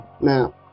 Now